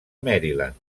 maryland